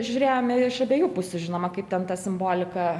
žiūrėjome iš abiejų pusių žinoma kaip ten ta simbolika